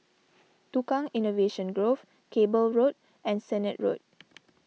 Tukang Innovation Grove Cable Road and Sennett Road